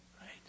Right